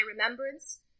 remembrance